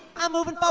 i'm moving